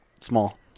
Small